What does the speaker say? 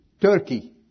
turkey